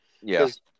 Yes